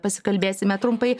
pasikalbėsime trumpai